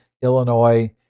Illinois